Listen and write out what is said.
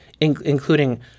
Including